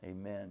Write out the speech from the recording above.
amen